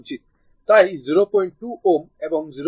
তাই 02 Ω এবং 06 Ω সমান্তরাল